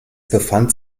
befand